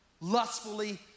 lustfully